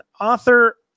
author